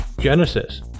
Genesis